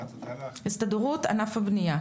הסתדרות, ענף הבניה.